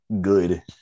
Good